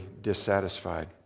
dissatisfied